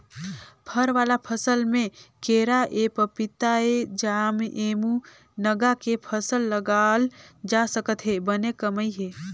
फर वाला फसल में केराएपपीताएजामएमूनगा के फसल लगाल जा सकत हे बने कमई हे